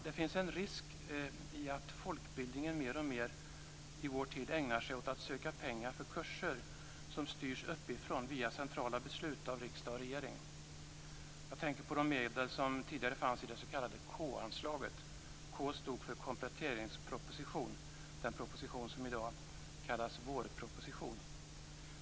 Det finns en risk att folkbildningen i vår tid mer och mer ägnar sig åt att söka pengar för kurser som styrs uppifrån via centrala beslut av riksdag och regering. Jag tänker på de medel som tidigare fanns i det s.k. k-anslaget. K stod för kompletteringsproposition, den proposition som i dag kallas vårproposition.